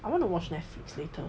I want to watch netflix later